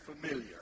familiar